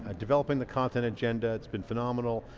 ah developing the content agenda. it's been phenomenal.